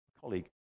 colleague